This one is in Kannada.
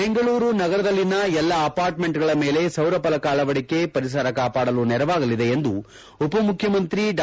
ಬೆಂಗಳೂರು ನಗರದಲ್ಲಿನ ಎಲ್ಲಾ ಅಪಾರ್ಚ್ಮೆಂಚ್ಗಳ ಮೇಲೆ ಸೌರಫಲಕ ಅಳವಡಿಕೆ ಪರಿಸರ ಕಾಪಾಡಲು ನೆರವಾಗಲಿದೆ ಎಂದು ಉಪಮುಖ್ಯಮಂತ್ರಿ ಡಾ